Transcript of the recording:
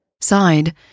sighed